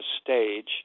stage—